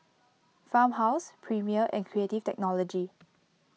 Farmhouse Premier and Creative Technology